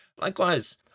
Likewise